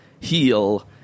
heal